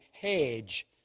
hedge